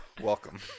Welcome